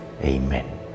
Amen